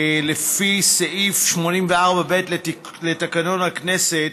לפי סעיף 84(ב) לתקנון הכנסת,